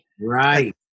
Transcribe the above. right